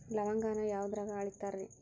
ಲವಂಗಾನ ಯಾವುದ್ರಾಗ ಅಳಿತಾರ್ ರೇ?